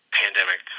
pandemic